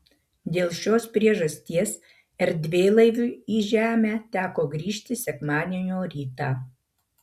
dėl šios priežasties erdvėlaiviui į žemę teko grįžti sekmadienio rytą